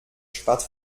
spart